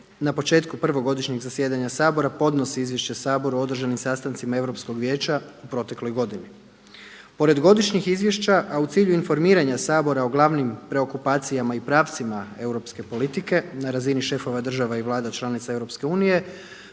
na početku prvog godišnjeg zasjedanja Sabora podnosi izvješće Saboru o održanim sastancima Europskog vijeća u protekloj godini. Pored godišnjih izvješća, a u cilju informiranja Sabora o glavnim preokupacijama i pravcima europske politike na razini šefova država i vlada članica EU,